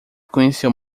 conheceu